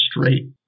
straight